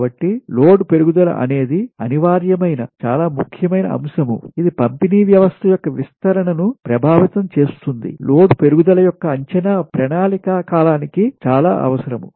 కాబట్టి లోడ్ పెరుగుదల అనేది అనివార్యమైన చాలా ముఖ్యమైన అంశం ఇది పంపిణీ వ్యవస్థ యొక్క విస్తరణ ను ప్రభావితం చేస్తుంది లోడ్ పెరుగుదల యొక్క అంచనా ప్రణాళిక కాలానికి అవసరం